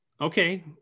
okay